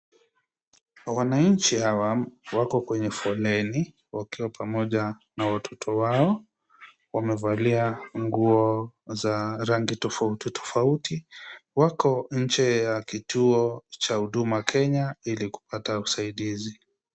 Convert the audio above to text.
Wananchi hawa wako kwenye foleni, wakiwa pamoja na watoto wao. Wamevalia nguo za rangi tofauti tofauti. Wako nje ya kituo cha Huduma Kenya ili kupata usaidizi.